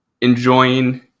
enjoying